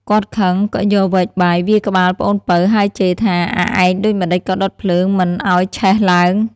គាត់ខឹងក៏យកវែកបាយវាយក្បាលប្អូនពៅ ហើយជេរថា "អាឯងដូចម្ដេចក៏ដុតភ្លើងមិនឱ្យឆេះឡើង?។